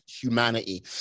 humanity